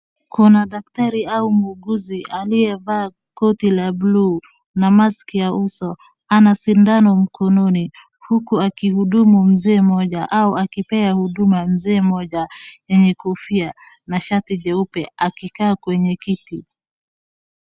Kuna daktari au muuguzi aliyevaa koti la bluu na mask ya uso. Ana sindano mkononi huku akihudumu mzee mmoja, au akipea huduma mzee mmoja mwenye kofia, na shati jeupe, akikaa kwenye kiti.